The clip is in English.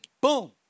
boom